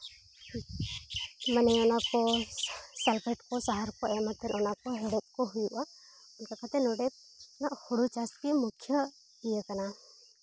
ᱢᱟᱱᱮ ᱚᱱᱟ ᱠᱚ ᱥᱟᱞᱯᱷᱮᱴ ᱠᱚ ᱥᱟᱦᱟᱨ ᱠᱚ ᱮᱢ ᱠᱟᱛᱮ ᱚᱱᱟ ᱠᱚ ᱦᱮᱲᱦᱮᱫ ᱠᱚ ᱦᱩᱭᱩᱜᱼᱟ ᱚᱱᱟᱜᱮ ᱱᱚᱰᱮᱱᱟᱜ ᱦᱳᱲᱳ ᱪᱟᱥ ᱜᱮ ᱢᱩᱠᱷᱤᱭᱟᱹ ᱤᱭᱟᱹ ᱠᱟᱱᱟ